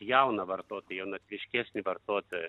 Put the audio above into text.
jauną vartotoją jaunatviškesnį vartotoją